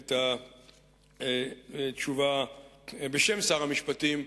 את התשובה בשם שר המשפטים,